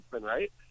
right